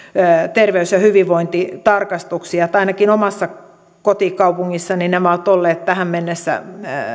terveys ja hyvinvointitarkastuksia ainakin omassa kotikaupungissani nämä ovat olleet tähän mennessä